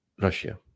Russia